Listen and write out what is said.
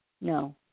No